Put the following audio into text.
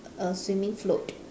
a swimming float